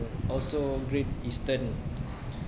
also great eastern